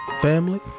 family